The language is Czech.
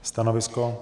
Stanovisko?